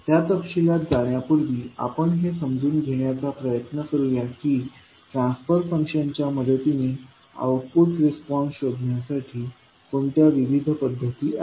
त्या तपशिलात जाण्यापूर्वी आपण हे समजून घेण्याचा प्रयत्न करूया की ट्रान्सफर फंक्शन्सच्या मदतीने आउटपुट रिस्पॉन्स शोधण्यासाठी कोणत्या विविध पद्धती आहेत